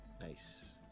Nice